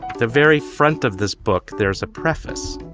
the very front of this book, there is a preface